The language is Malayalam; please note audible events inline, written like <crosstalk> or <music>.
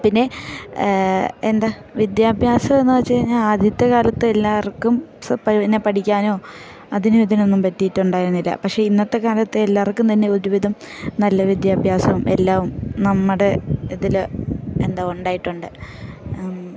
പിന്നെ എന്താ വിദ്യാഭ്യാസം എന്നു വെച്ചു കഴിഞ്ഞാൽ ആദ്യത്തെ കാലത്ത് എല്ലാവർക്കും <unintelligible> പിന്നെ പഠിക്കാനോ അതിനും ഇതിനൊന്നും പറ്റിയിട്ടുണ്ടായിരുന്നില്ല പക്ഷേ ഇന്നത്തെ കാലത്ത് എല്ലാവർക്കും തന്നെ ഒരു വിധം നല്ല വിദ്യാഭ്യാസവും എല്ലാതും നമ്മുടെ ഇതിൽ എന്താ ഉണ്ടായിട്ടുണ്ട്